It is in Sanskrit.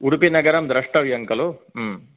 उडुपिनगरं द्रष्टव्यं खलु